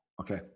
Okay